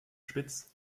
spitz